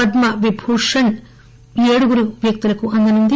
పద్మ విభూషణ్ ఎడుగురు వ్యక్తులకు అందనుంది